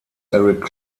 eric